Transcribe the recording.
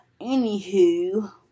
Anywho